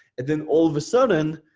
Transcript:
and then all of a sudden,